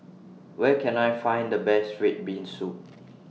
Where Can I Find The Best Red Bean Soup